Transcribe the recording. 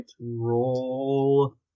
Roll